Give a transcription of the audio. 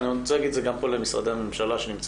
ואני רוצה להגיד את זה פה למשרדי הממשלה שנמצאים